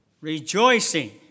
rejoicing